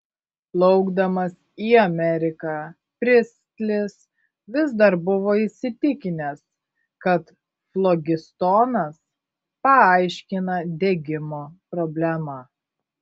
plaukdamas į ameriką pristlis vis dar buvo įsitikinęs kad flogistonas paaiškina degimo problemą